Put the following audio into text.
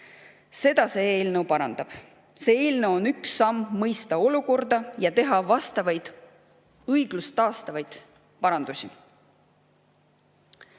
Seda see eelnõu parandab. See eelnõu on üks samm mõista olukorda ja teha vastavaid õiglust taastavaid parandusi.